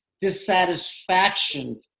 dissatisfaction